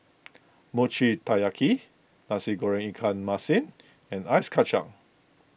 Mochi Taiyaki Nasi Goreng Ikan Masin and Ice Kacang